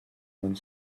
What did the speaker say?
don’t